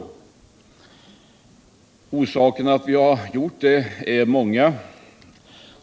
Orsakerna till att vi har gjort det är många.